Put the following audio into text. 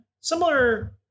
Similar